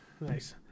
nice